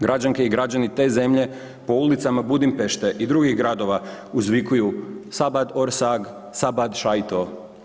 Građanke i građani te zemlje po ulicama Budimpešte i drugih gradova uzvikuju „Szabad orszag, szabad sajto“